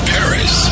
Paris